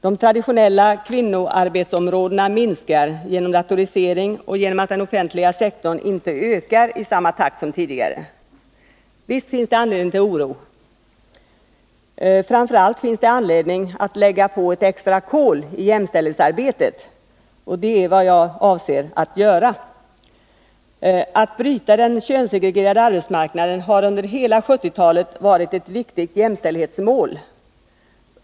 De traditionella kvinnoarbetsområdena minskar genom datorisering och genom att den offentliga sektorn inte ökar i samma takt som tidigare. Visst finns det anledning till oro. Framför allt finns det anledning att lägga på ett extra kol i jämställdhetsarbetet, och det är vad jag avser att göra. Att bryta den könssegregerade arbetsmarknaden har under hela 1970-talet varit ett viktigt jämställdhetsmål.